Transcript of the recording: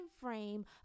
frame